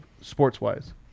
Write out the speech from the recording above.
sports-wise